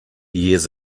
years